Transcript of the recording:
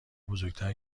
بزرگتر